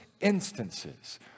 instances